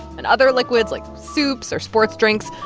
and other liquids, like soups or sports drinks.